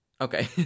Okay